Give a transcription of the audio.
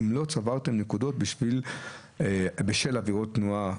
אם לא צברתם נקודות בשל עבירות תנועה.